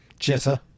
Jessa